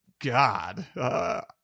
God